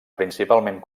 principalment